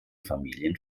familien